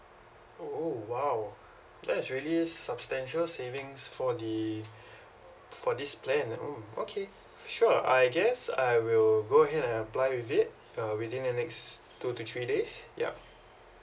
oh !wow! that is really substantial savings for the for this plan mm okay sure I guess I will go ahead and apply with it uh within the next two to three days yup